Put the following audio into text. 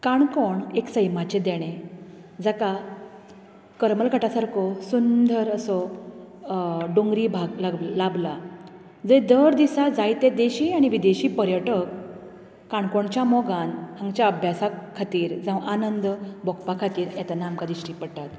काणकोण एक सैमाचें देणे जाका करमल घाटा सारको सुंदर असो दोंगरी भाग लाभला जंय दर दिसाक जायते देशी आनी विदेशी पर्यटक काणकोणच्या मोगान हांगच्या अभ्यासा खातीर जावं आनंद भोगपा खातीर येतना आमकां दिश्टी पडटात